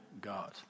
God